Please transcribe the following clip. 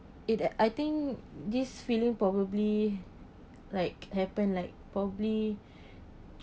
it at I think this feeling probably like happen like probably